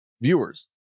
viewers